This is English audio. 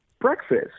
breakfast